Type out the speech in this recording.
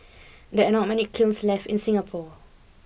there are not many kilns left in Singapore